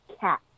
Cat